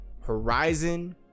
horizon